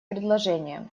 предложением